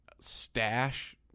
stash